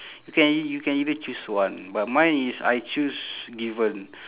you can e~ you can either choose one but mine is I choose given